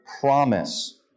promise